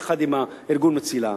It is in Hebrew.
יחד עם מרכז מציל"ה,